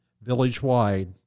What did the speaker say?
village-wide